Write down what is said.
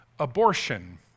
abortion